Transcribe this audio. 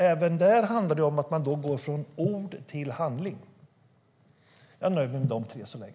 Även där handlar det om att gå från ord till handling.